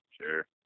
sure